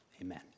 Amen